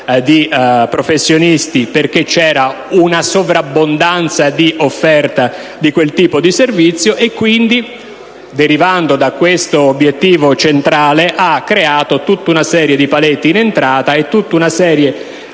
di professionisti perché esiste una sovrabbondanza di offerta di quel tipo di servizio; quindi, derivando da questo obiettivo centrale, ha creato tutta una serie di paletti in entrata e di criteri